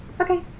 Okay